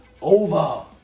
over